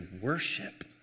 worship